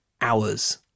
hours